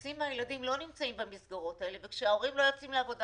חצי מהילדים לא נמצאים במסגרות האלה וכשההורים לא יוצאים לעבודה